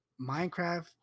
Minecraft